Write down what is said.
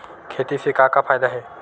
खेती से का का फ़ायदा हे?